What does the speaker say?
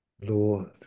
Lord